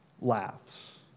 laughs